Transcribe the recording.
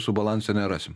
su balansu nerasim